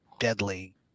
deadly